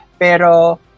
pero